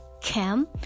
cam